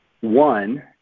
One